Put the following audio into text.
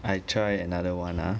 I try another one ah